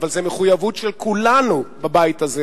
אבל זו מחויבות של כולנו בבית הזה,